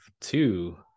two